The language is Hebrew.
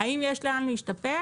האם יש לאן להשתפר?